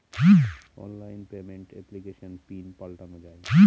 online payment এপ্লিকেশনে PIN পাল্টানো যায়